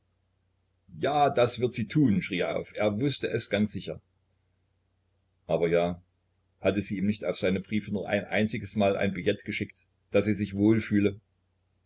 ja das wird sie tun schrie er auf er wußte es ganz sicher aber ja hat sie ihm nicht auf seine briefe nur ein einziges mal ein billet geschickt daß sie sich